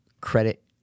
credit